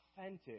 authentic